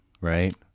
right